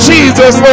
Jesus